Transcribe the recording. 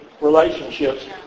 relationships